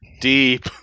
deep